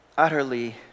Utterly